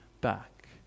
back